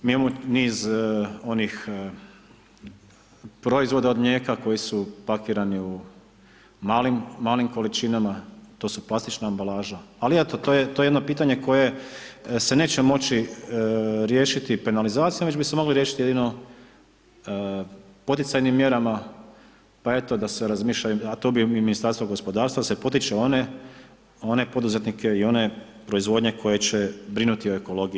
Mi imamo niz onih proizvoda od mlijeka koji su pakirani u malim količinama to su plastična ambalaža, ali eto to je jedno pitanje koje se neće moći riješiti penalizacijom već bi se moglo riješiti jedino poticajnim mjerama, pa eto da se razmišlja a to bi i Ministarstvo gospodarstva da se potiče one, one poduzetnike i one proizvodnje koje će brinuti o ekologiji.